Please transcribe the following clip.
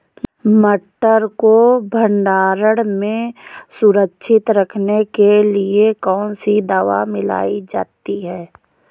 मटर को भंडारण में सुरक्षित रखने के लिए कौन सी दवा मिलाई जाती है?